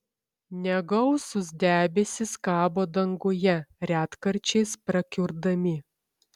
negausūs debesys kabo danguje retkarčiais prakiurdami